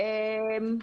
אדוני.